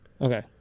Okay